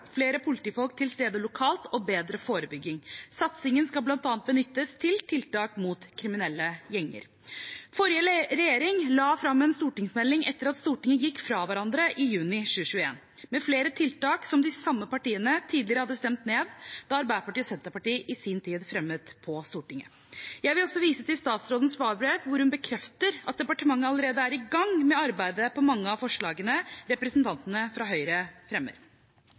flere politifolk til stede lokalt og bedre forebygging. Satsingen skal bl.a. benyttes til tiltak mot kriminelle gjenger. Forrige regjering la fram en stortingsmelding etter at Stortinget gikk fra hverandre i juni 2021 med flere tiltak som de samme partiene tidligere hadde stemt ned da Arbeiderpartiet og Senterpartiet i sin tid fremmet dem på Stortinget. Jeg vil også vise til statsrådens svarbrev, hvor hun bekrefter at departementet allerede er i gang med arbeidet på mange av forslagene representantene fra Høyre fremmer.